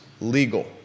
legal